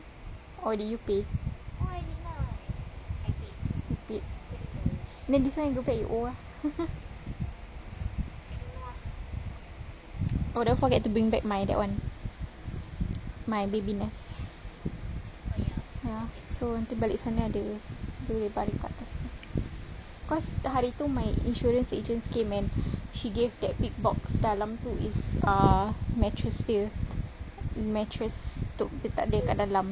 or did you pay you paid then this [one] you go back you owe ah oh don't forget to bring back my that [one] my baby nest ya so want to balik sana ada dia boleh baring kat atas cause hari tu my insurance agent came and she gave that big box dalam tu is err mattress dia mattress untuk letak dia kat dalam